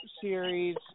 Series